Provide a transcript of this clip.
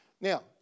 Now